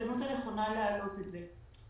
ההזדמנות הנכונה להעלות את זה.